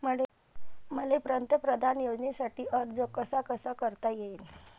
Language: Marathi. मले पंतप्रधान योजनेसाठी अर्ज कसा कसा करता येईन?